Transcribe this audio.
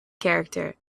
character